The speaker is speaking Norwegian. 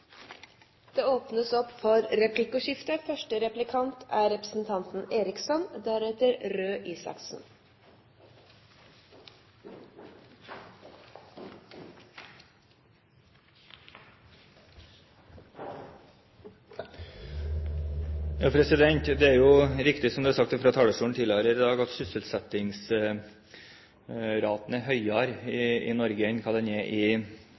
Det blir replikkordskifte. Det er riktig, som det er sagt fra talerstolen tidligere i dag, at sysselsettingsraten er høyere i Norge enn hva den er i